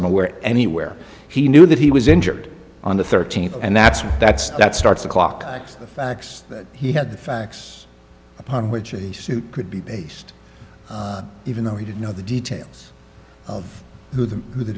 i'm aware anywhere he knew that he was injured on the thirteenth and that's a that's that starts the clock the facts that he had the facts upon which could be based on even though he didn't know the details of who the who the